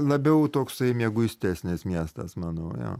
labiau toksai mieguistesnis miestas manau jo